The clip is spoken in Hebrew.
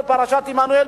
פרשת עמנואל,